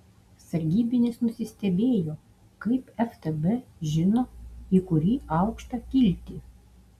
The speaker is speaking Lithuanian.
sargybinis nusistebėjo kaip ftb žino į kurį aukštą kilti